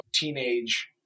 teenage